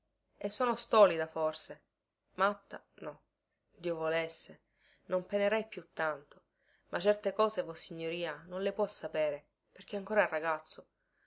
e sono stolida forse matta no dio volesse non penerei più tanto ma certe cose vossignoria non le può sapere perché è ancora ragazzo